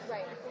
Right